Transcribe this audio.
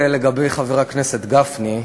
לגבי חבר הכנסת גפני,